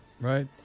right